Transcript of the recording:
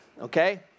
Okay